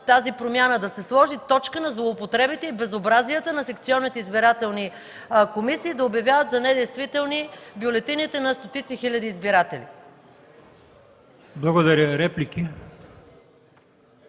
тази промяна – да се сложи точка на злоупотребите и безобразията на секционните избирателни комисии да обявяват за недействителни бюлетините на стотици хиляди избиратели. ПРЕДСЕДАТЕЛ